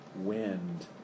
wind